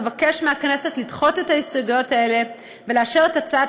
אבקש מהכנסת לדחות את ההסתייגויות האלה ולאשר את הצעת